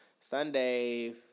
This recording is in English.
Sunday